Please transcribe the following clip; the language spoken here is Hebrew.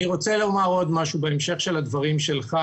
אני רוצה לומר עוד משהו בהמשך לדברים שלך,